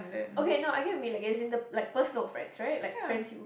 okay no I get what you mean like as in the like personal friends right like friends you